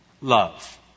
love